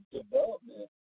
development